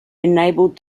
enabled